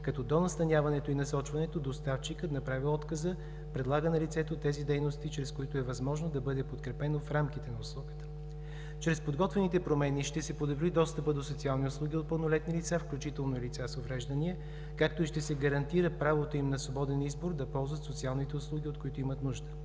като до настаняването и насочването, доставчикът направи отказа и предлага на лицето тези дейности, чрез които е възможно да бъде подкрепено в рамките на услугата. Чрез подготвените промени ще се подобри достъпът до социални услуги от пълнолетни лица, включително и от лица с увреждания, както и ще се гарантира правото им на свободен избор да ползват социалните услуги, от които имат нужда.